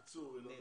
בקיצור, נדב.